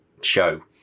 show